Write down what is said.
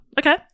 Okay